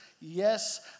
Yes